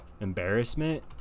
embarrassment